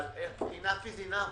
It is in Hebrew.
אבל מספיק עם זה.